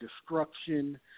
destruction